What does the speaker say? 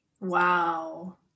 Wow